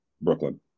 Brooklyn